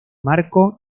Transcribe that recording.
marco